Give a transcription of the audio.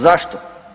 Zašto?